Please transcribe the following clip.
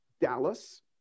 Dallas